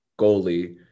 goalie